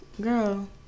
Girl